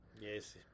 Yes